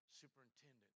superintendent